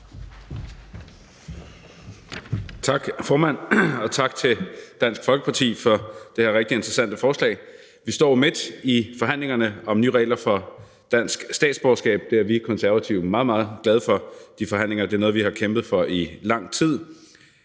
Tak, formand, og tak til Dansk Folkeparti for det her rigtig interessante forslag. Vi står midt i forhandlingerne om nye regler for dansk statsborgerskab. De forhandlinger er vi i Konservative meget, meget glade for. Det er noget, vi har kæmpet for i lang tid.